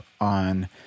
on